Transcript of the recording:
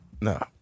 No